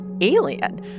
alien